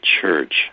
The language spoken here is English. church